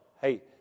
Hey